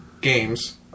games